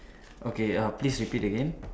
okay err please repeat again